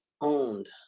owned